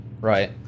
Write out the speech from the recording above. Right